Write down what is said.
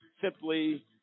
simply